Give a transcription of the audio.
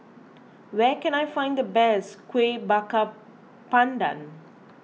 where can I find the best Kuih Bakar Pandan